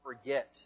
forget